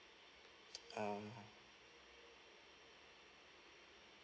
uh